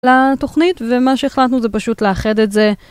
לתוכנית, ומה שהחלטנו זה פשוט לאחד את זה.